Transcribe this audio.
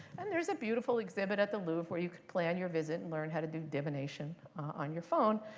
and there's a beautiful exhibit at the louvre where you can plan your visit and learn how to do divination on your phone.